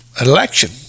election